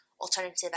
alternative